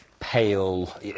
pale